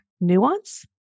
nuance